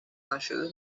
نشده